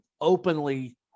openly